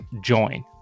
join